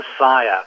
Messiah